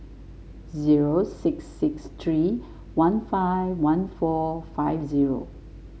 zero six six three one five one four five zero